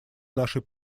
нашей